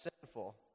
sinful